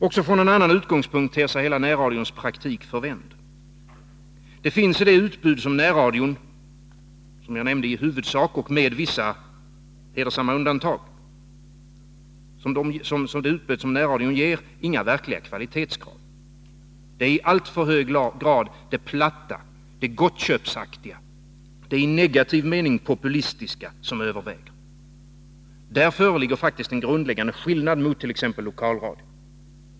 Också från en annan utgångspunkt ter sig hela närradions praktik förvänd. Det finns i det utbud som närradion ger — i huvudsak och med, som jag nämnde, vissa undantag - inga verkliga kvalitetskrav. Det är i alltför hög grad det platta, det gottköpsaktiga, det i negativ mening populistiska som överväger. Där föreligger faktiskt en grundläggande skillnad mot t.ex. lokalradion.